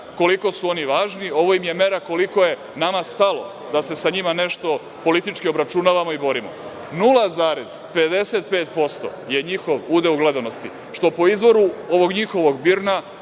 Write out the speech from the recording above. koliko su oni važni, ovo im je mera koliko je nama stalo da se sa njima nešto politički obračunavamo i borimo, 0,55% je njihov udeo u gledanosti, što po izvoru ovog njihovog